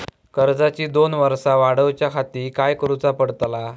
कर्जाची दोन वर्सा वाढवच्याखाती काय करुचा पडताला?